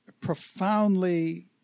profoundly